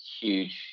huge